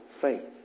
faith